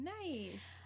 Nice